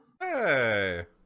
Hey